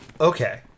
Okay